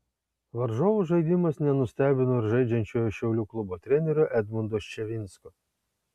varžovų žaidimas nenustebino ir žaidžiančiojo šiaulių klubo trenerio edmundo ščavinsko